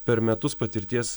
per metus patirties